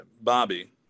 Bobby